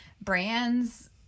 brands